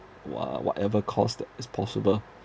wha~ whatever cost that is possible